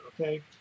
okay